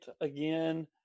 again